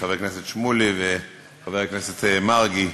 חבר הכנסת שמולי וחבר הכנסת מרגי,